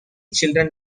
children